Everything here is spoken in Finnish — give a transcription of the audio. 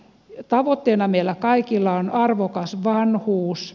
tavoitteena meillä kaikilla on arvokas vanhuus